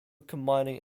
combining